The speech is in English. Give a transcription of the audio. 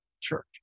church